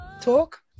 talk